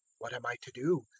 what am i to do?